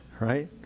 right